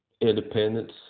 independence